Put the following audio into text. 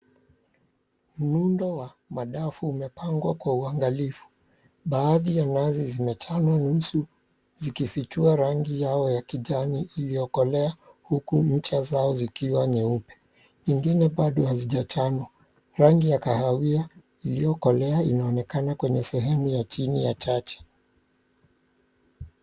Muundo wa madafu umepangwa kwa uangalifu. Baadhi ya nazi zimechanwa nusu zikifichua rangi yao ya kijani iliokolea huku ncha zao zikiwa nyeupe. Nyingine bado hazijachanwa rangi ya kahawia iliokoea inaonekana kwenye sehemu ya chini ya chache.